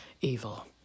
evil